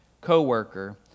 co-worker